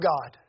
God